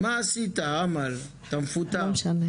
אבל זו ירידה שהיא אך ורק 5%. אלה נתונים שלהם.